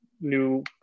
new